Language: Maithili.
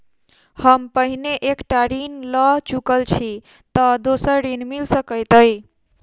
हम पहिने एक टा ऋण लअ चुकल छी तऽ दोसर ऋण मिल सकैत अई?